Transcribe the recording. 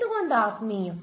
എന്തുകൊണ്ട് ആത്മീയം